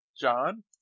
John